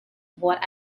what